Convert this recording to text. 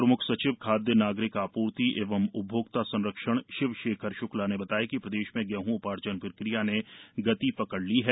प्रमुख सचिव खाद्य नागरिक आपूर्ति एवं उपभोक्ता संरक्षण शिवशेखर शुक्ला ने बताया कि प्रदेश में गेहूँ उपार्जन प्रक्रिया ने गति पकड़ ली है